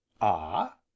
Ah